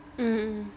mm